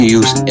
use